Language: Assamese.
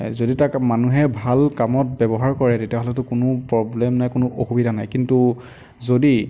যদি তাক মানুহে ভাল কামত ব্যৱহাৰ কৰে তেতিয়াহ'লেতো কোনো প্ৰব্লেম নাই কোনো অসুবিধা নাই কিন্তু যদি